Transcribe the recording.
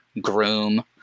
groom